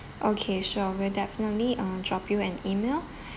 okay sure I will definitely uh drop you an email